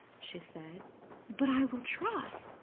she said but i will try.